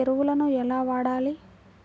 ఎరువులను ఎలా వాడాలి?